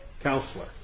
counselor